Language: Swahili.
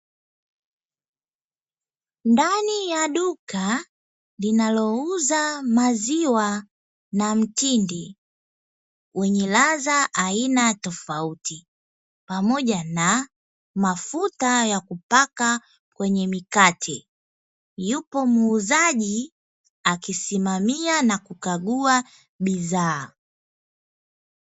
Ndani ya duka linalouza maziwa na mtindi, wenye ladha aina ya tofauti, pamoja na mafuta ya kupaka kwenye mikate, yupo muuzaji akisimamia na kukagua bidhaa.